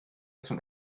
zum